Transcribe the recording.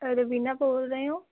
ਅ ਰਵੀਨਾ ਬੋਲ ਰਹੇ ਹੋ